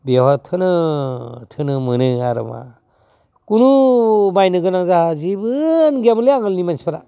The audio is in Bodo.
बेयावहा थोनो थोनो मोनो आरो मा कुनु बायनो गोनां जाहा जेबोनो गैयामोनलै आगोलनि मानसिफोरा